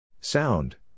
Sound